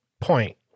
point